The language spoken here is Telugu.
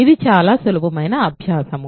ఇది చాలా సులభమైన అభ్యాసము